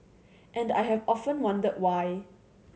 and I have often wondered why